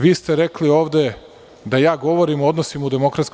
Vi ste rekli ovde da ja govorim o odnosima u DS.